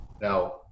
Now